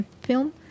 film